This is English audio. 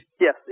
Yes